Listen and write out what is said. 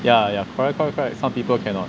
ya ya correct correct correct some people cannot